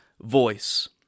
voice